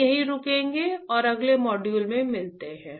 हम यहीं रुकें और अगले मॉड्यूल में मिलते हैं